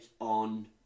on